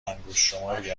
انگشتشماری